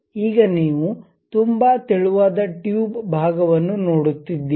ಈಗ ನೀವು ತುಂಬಾ ತೆಳುವಾದ ಟ್ಯೂಬ್ ಭಾಗವನ್ನು ನೋಡುತ್ತಿದ್ದೀರಿ